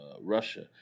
Russia